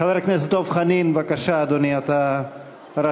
חבר הכנסת דב חנין, בבקשה, אדוני, אתה רשאי.